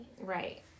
Right